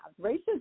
Racism